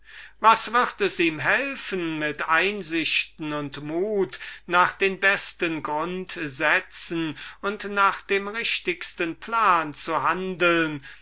was wird es ihm helfen einsichten und mut zu haben nach den besten grundsätzen und nach dem richtigsten plan zu handeln